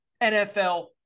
NFL